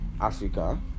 Africa